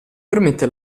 permette